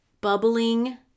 bubbling